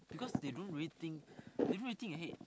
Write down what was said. because they don't really think the don't really think ahead